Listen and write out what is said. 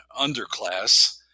underclass